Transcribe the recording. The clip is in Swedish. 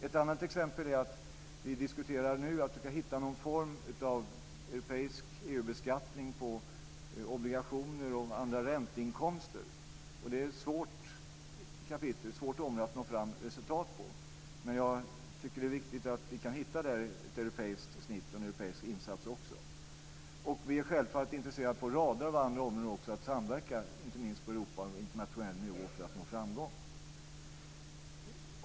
Ett annat exempel är att vi nu diskuterar att försöka hitta någon form av europeisk EU-beskattning på obligationer och andra ränteinkomster. Det är ett svårt kapitel, och ett svårt område att nå resultat på. Men jag tycker att det är viktigt att vi kan hitta ett europeiskt snitt och göra en europeisk insats. Vi är självfallet också intresserade av att samverka på rader av andra områden - inte minst på Europanivå och internationell nivå - för att nå framgång.